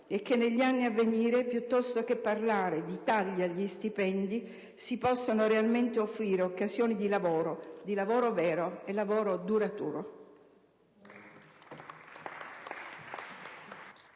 e che negli anni a venire, piuttosto che parlare di tagli agli stipendi, si possano realmente offrire occasioni di lavoro, di lavoro vero e di lavoro duraturo.